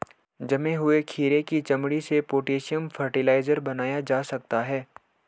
जले हुए खीरे की चमड़ी से पोटेशियम फ़र्टिलाइज़र बनाया जा सकता है